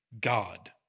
God